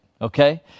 okay